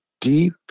deep